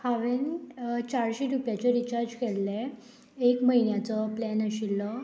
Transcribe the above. हांवें चारशे रुपयाचे रिचार्ज केल्ले एक म्हयन्याचो प्लॅन आशिल्लो